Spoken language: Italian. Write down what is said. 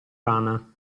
rana